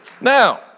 Now